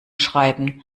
schreiben